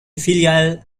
filiale